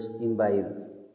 imbibe